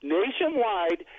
nationwide